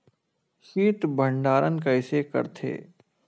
शीत भंडारण कइसे करथे?